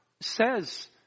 says